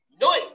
No